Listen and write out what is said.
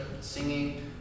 singing